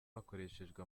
hakoreshejwe